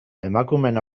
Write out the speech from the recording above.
emakumeen